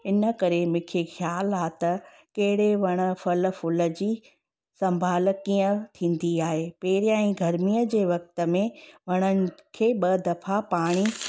इन करे मूंखे ख़्यालु आहे त कहिड़े वणु फल फूल जी संभाल कीअं थींदी आहे पहिरियां ई गर्मीअ जे वक़्त में वणनि खे ॿ दफ़ा पाणी